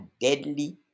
deadly